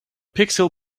pixel